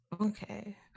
okay